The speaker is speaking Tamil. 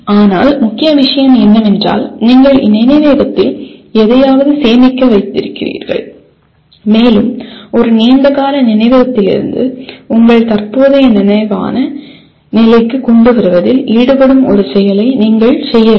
ஆனால் முக்கிய விஷயம் என்னவென்றால் நீங்கள் நினைவகத்தில் எதையாவது சேமித்து வைத்திருக்கிறீர்கள் மேலும் ஒரு நீண்டகால நினைவகத்திலிருந்து உங்கள் தற்போதைய நனவான நிலைக்கு கொண்டு வருவதில் ஈடுபடும் ஒரு செயலை நீங்கள் செய்ய வேண்டும்